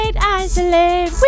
isolate